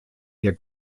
der